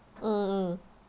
mm mm